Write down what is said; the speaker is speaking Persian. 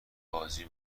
بازی